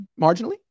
marginally